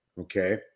okay